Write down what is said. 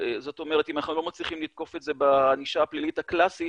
זאת אומרת אם אנחנו לא מצליחים לתקוף את זה בענישה הפלילית הקלאסית